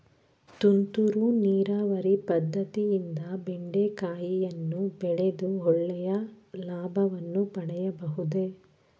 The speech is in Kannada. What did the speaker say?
ತುಂತುರು ನೀರಾವರಿ ಪದ್ದತಿಯಿಂದ ಬೆಂಡೆಕಾಯಿಯನ್ನು ಬೆಳೆದು ಒಳ್ಳೆಯ ಲಾಭವನ್ನು ಪಡೆಯಬಹುದೇ?